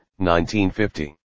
1950